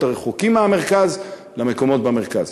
במקומות הרחוקים מהמרכז למקומות במרכז?